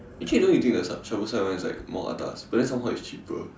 actually don't need to take Somerset one it's more atas but then somehow it's cheaper